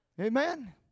Amen